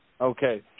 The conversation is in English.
Okay